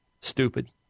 stupid